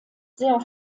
sehr